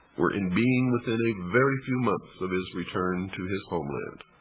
were in being within a very few months of his return to his homeland.